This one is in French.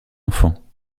enfant